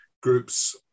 groups